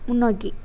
முன்னோக்கி